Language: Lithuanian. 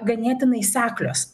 ganėtinai seklios